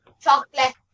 chocolate